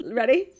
ready